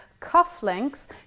cufflinks